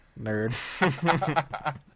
Nerd